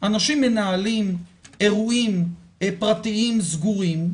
אנשים מנהלים אירועים פרטיים סגורים,